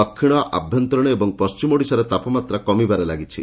ଦକ୍ଷିଶ ଆଭ୍ୟନ୍ତରୀଣ ଏବଂ ପଣ୍କିମ ଓଡ଼ିଶାରେ ତାପମାତ୍ରା କମିବାରେ ଲାଗିଛି